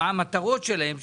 מה המטרות שלהם.